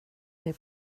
dig